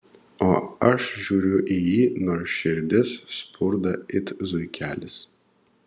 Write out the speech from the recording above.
o aš žiūriu į jį nors širdis spurda it zuikelis